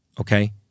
Okay